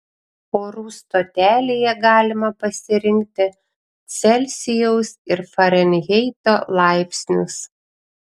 orų stotelėje galima pasirinkti celsijaus ir farenheito laipsnius